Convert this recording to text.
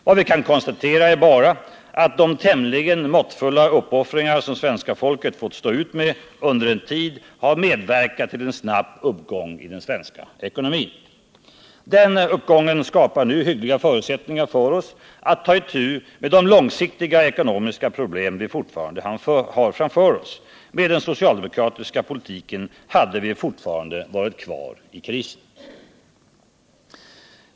Vad vi kan konstatera är bara att de tämligen måttliga uppoffringar som svenska folket fått stå ut med under en tid har medverkat till en snabb uppgång i den svenska ekonomin. Den uppgången skapar hyggliga förutsättningar för oss att ta itu med de långsiktiga ekonomiska problem som vi fortfarande har framför oss. Med den socialdemokratiska politiken hade vi fortfarande varit kvar i krisen.